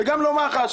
וכך גם לא מח"ש.